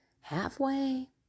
halfway